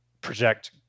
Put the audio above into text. project